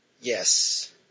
Yes